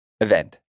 event